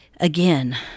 again